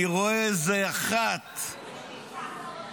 אני רואה איזה אחת מדברת